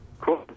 Cool